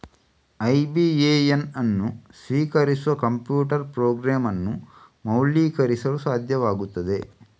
IBAN ಅನ್ನು ಸ್ವೀಕರಿಸುವ computer program ಅನ್ನು ಮೌಲ್ಯೀಕರಿಸಲು ಸಾಧ್ಯವಾಗುತ್ತದೆ